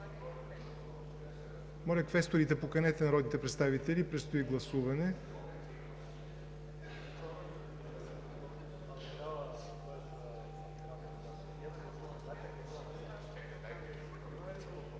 Моля, квесторите, поканете народните представители, предстои гласуване.